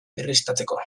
berriztatzeko